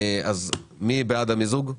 מי בעד המיזוג?